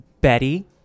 Betty